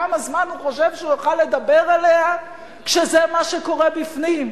כמה זמן הוא חושב שהוא יוכל לדבר עליה כשזה מה שקורה בפנים?